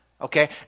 Okay